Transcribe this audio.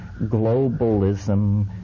globalism